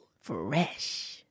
Fresh